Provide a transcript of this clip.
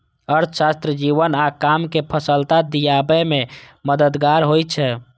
अर्थशास्त्र जीवन आ काम कें सफलता दियाबे मे मददगार होइ छै